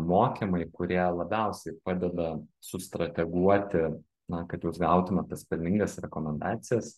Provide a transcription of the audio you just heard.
mokymai kurie labiausiai padeda sustrateguoti na kad jūs gautumėt tas pelningas rekomendacijas